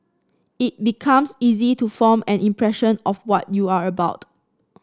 it becomes easy to form an impression of what you are about